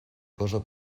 cosa